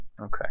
Okay